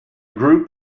group